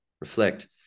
reflect